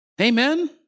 Amen